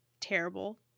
terrible